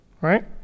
Right